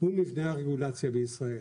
הוא מבנה הרגולציה בישראל.